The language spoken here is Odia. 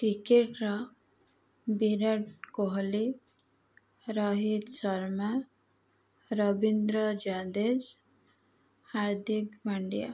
କ୍ରିକେଟ୍ର ବିରାଟ କୋହଲି ରୋହିତ ଶର୍ମା ରବୀନ୍ଦ୍ର ଜାଡ଼େଜା ହାର୍ଦ୍ଦିକ ପାଣ୍ଡ୍ୟା